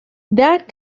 that